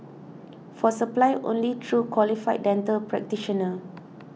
for supply only through qualified dental practitioner